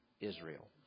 Israel